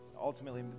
Ultimately